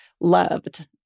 loved